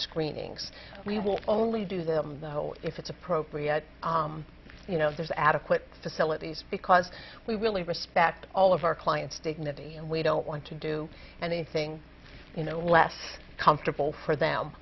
screenings we will only do them the whole if it's appropriate you know there's adequate facilities because we really respect all of our clients dignity and we don't want to do anything you know less comfortable for them